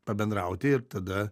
pabendrauti ir tada